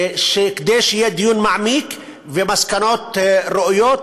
כדי שיהיה דיון מעמיק ומסקנות ראויות,